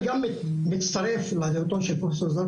אני רוצה להצטרף לדברים של פרופסור זרקא,